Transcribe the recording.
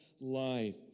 life